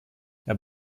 der